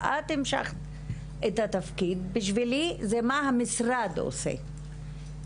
את המשכת את התפקיד, בשבילי זה מה המשרד עושה.